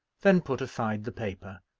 then put aside the paper,